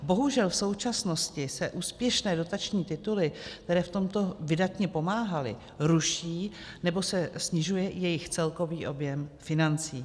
Bohužel v současnosti se úspěšné dotační tituly, které v tomto vydatně pomáhaly, ruší, nebo se snižuje jejich celkový objem financí.